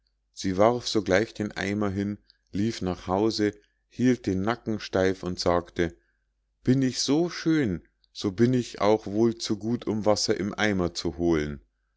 sie warf sogleich den eimer hin lief nach hause hielt den nacken steif und sagte bin ich so schön so bin ich auch wohl zu gut um wasser im eimer zu holen